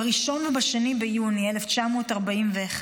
ב-1 וב-2 ביוני 1941,